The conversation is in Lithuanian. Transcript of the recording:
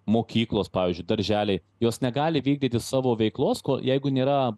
mokyklos pavyzdžiui darželiai jos negali vykdyti savo veiklos ko jeigu nėra